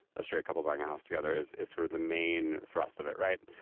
a straight couple buying a house together is is sort of the main thrust of it. right.